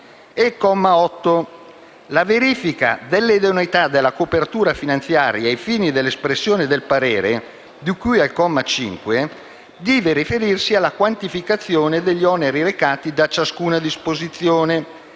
«la verifica delle idoneità della copertura finanziaria ai fini dell'espressione del parere di cui al comma 5, deve riferirsi alla quantificazione degli oneri recati da ciascuna disposizione